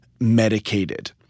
medicated